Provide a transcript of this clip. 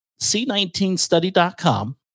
c19study.com